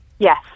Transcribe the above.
Yes